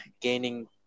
gaining